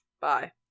Bye